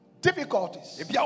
difficulties